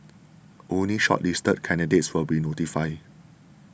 only shortlisted candidates will be notified